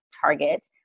Target